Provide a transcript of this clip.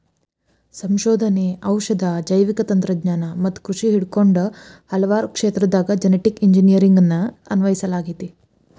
ಸಂಶೋಧನೆ, ಔಷಧ, ಜೈವಿಕ ತಂತ್ರಜ್ಞಾನ ಮತ್ತ ಕೃಷಿ ಹಿಡಕೊಂಡ ಹಲವಾರು ಕ್ಷೇತ್ರದಾಗ ಜೆನೆಟಿಕ್ ಇಂಜಿನಿಯರಿಂಗ್ ಅನ್ನು ಅನ್ವಯಿಸಲಾಗೆತಿ